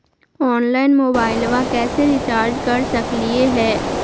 Online मोबाइलबा कैसे recharge कर सकलिए है?